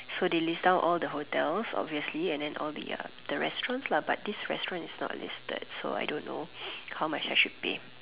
so they list down all the hotels obviously and then all the ya the restaurants lah but this restaurant is not listed so I don't know how much I should pay